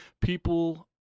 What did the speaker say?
People